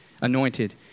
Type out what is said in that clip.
anointed